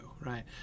right